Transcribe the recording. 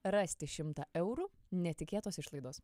rasti šimtą eurų netikėtos išlaidos